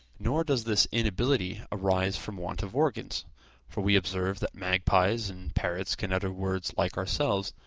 nor does this inability arise from want of organs for we observe that magpies and parrots can utter words like ourselves,